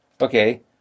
okay